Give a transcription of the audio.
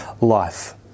life